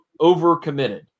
overcommitted